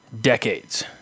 decades